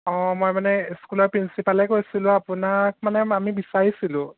অঁ মই মানে স্কুলৰ প্ৰিন্সিপালে কৈছিলোঁ আপোনাক মানে আমি বিচাৰিছিলোঁ